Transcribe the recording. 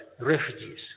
refugees